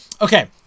Okay